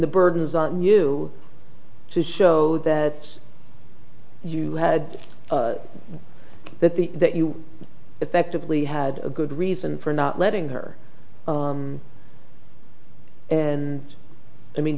the burdens on you to show that you had that the that you effectively had a good reason for not letting her and i mean